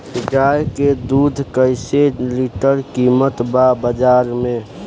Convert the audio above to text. गाय के दूध कइसे लीटर कीमत बा बाज़ार मे?